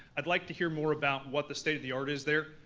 i'd like to hear more about what the state of the art is there,